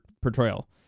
portrayal